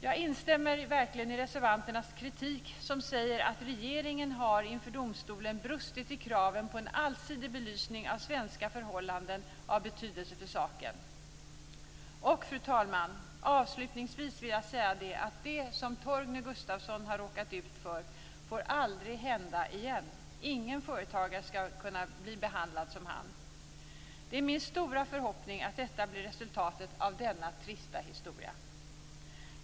Jag instämmer verkligen i reservanternas kritik, att regeringen inför domstolen har brustit i kraven på en allsidig belysning av svenska förhållanden av betydelse för saken. Fru talman! Avslutningsvis vill jag säga att det som Torgny Gustafsson har råkat ut för aldrig får hända igen. Ingen företagare skall kunna bli behandlad som han. Det är min stora förhoppning att detta blir resultatet av denna trista historia.